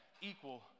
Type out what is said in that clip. equal